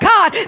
God